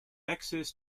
access